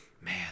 Man